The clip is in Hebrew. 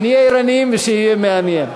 שנהיה ערניים ושיהיה מעניין.